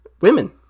women